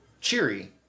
cheery